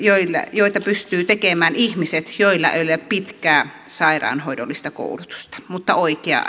joita pystyvät tekemään ihmiset joilla ei ole pitkää sairaanhoidollista koulutusta mutta oikea